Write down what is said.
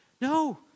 No